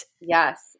Yes